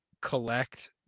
collect